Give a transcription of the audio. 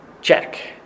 check